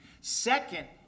Second